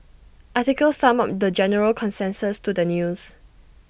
article summed up the general consensus to the news